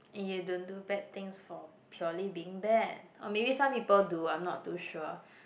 and you don't do bad things for purely being bad or maybe some people do I'm not too sure